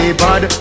bad